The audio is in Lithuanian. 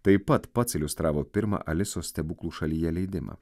taip pat pats iliustravo pirmą alisos stebuklų šalyje leidimą